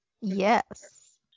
Yes